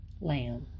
lamb